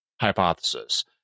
hypothesis